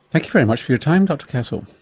thank you very much for your time dr cassel.